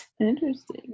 interesting